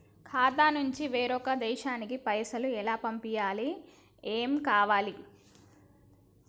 ఖాతా నుంచి వేరొక దేశానికి పైసలు ఎలా పంపియ్యాలి? ఏమేం కావాలి?